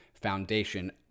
foundation